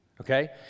Okay